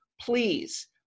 please